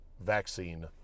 vaccine